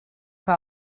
que